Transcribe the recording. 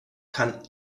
kann